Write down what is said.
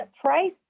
Price